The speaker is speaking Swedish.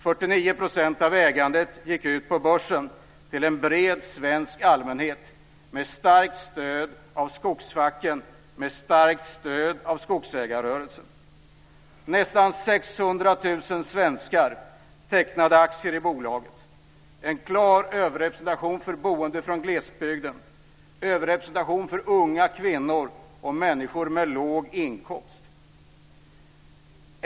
49 % av ägandet gick ut på börsen till en bred svensk allmänhet med starkt stöd av skogsfacken, med starkt stöd av skogsägarrörelsen. Nästan 600 000 svenskar tecknade aktier i bolaget med en klar överrepresentation för boende i glesbygden, överrepresentation för unga kvinnor och människor med låg inkomst.